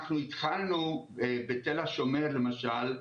אנחנו התחלנו בתל השומר, למשל,